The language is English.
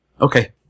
Okay